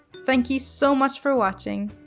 thank you so much for watching.